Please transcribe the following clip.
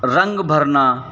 रंग भरना